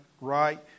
right